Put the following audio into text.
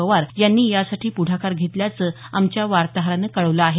पवार यांनी यासाठी प्रढाकार घेतल्याचं आमच्या वार्ताहरानं कळवलं आहे